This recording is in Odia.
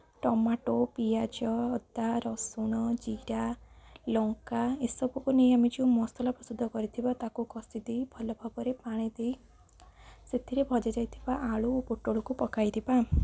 ଟମାଟୋ ପିଆଜ ଅଦା ରସୁଣ ଜିରା ଲଙ୍କା ଏସବୁକୁ ନେଇ ଆମେ ଯେଉଁ ମସଲା ପ୍ରସ୍ତୁତ କରିଥିବା ତାକୁ କଷି ଦେଇ ଭଲ ଭାବରେ ପାଣି ଦେଇ ସେଥିରେ ଭଜାଯାଇଥିବା ଆଳୁ ପୋଟଳକୁ ପକାଇବା